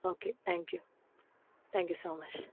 okay thank you thank you so much